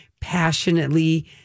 passionately